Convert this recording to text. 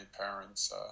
parents